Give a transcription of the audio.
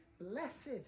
Blessed